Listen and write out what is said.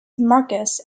marcus